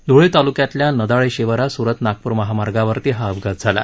धुळे तालुक्यात नदाळे शिवारात सुरत नागपुर महामार्गावर हा अपघात झाला